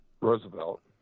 Roosevelt